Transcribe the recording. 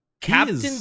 Captain